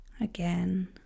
Again